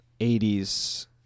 80s